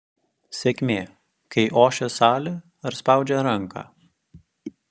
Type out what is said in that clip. sėkmė kai ošia salė ar spaudžia ranką